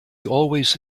always